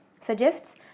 suggests